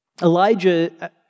Elijah